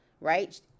right